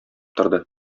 торды